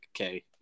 okay